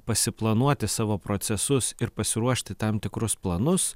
pasiplanuoti savo procesus ir pasiruošti tam tikrus planus